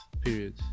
period